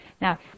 Now